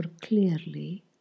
clearly